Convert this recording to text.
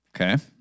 Okay